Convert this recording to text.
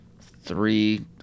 three